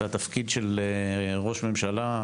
והתפקיד של ראש ממשלה,